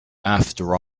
after